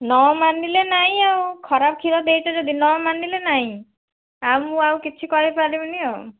ନମାନିଲେ ନାହିଁ ଆଉ ଖରାପ କ୍ଷୀର ଦେଇଛ ଯଦି ନମାନିଲେ ନାହିଁ ଆଉ ମୁଁ ମୁଁ ଆଉ କିଛି କରିପାରିବିନି ଆଉ